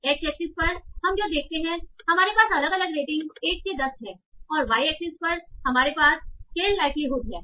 x axis पर हम जो देखते हैं हमारे पास अलग अलग रेटिंग 1 से 10 है और वाई एक्सिस पर हमारे पास स्केलड लाइक्लीहुड है